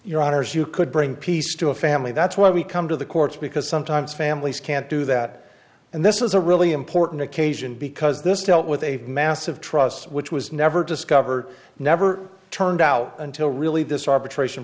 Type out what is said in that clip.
you could bring peace to a family that's why we come to the courts because sometimes families can't do that and this is a really important occasion because this dealt with a massive trust which was never discovered never turned out until really this arbitration